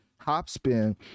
hopspin